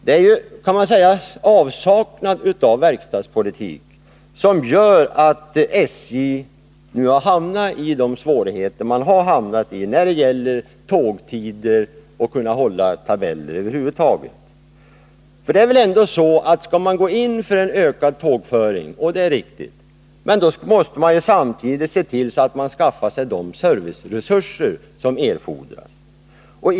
Man kan ju säga att det är avsaknaden av verkstadspolitik som gör att SJ nu hamnat i dessa svårigheter, när det gäller tidtabeller, att kunna hålla tågtider. Skall man gå in för en ökad tågföring — och det är riktigt — måste man se till att man skaffar sig de serviceresurser som erfordras.